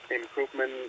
improvement